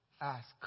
Ask